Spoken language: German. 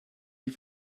die